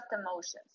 emotions